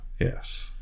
Yes